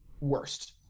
worst